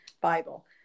Bible